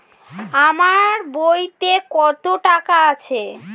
আমার বইতে কত টাকা আছে?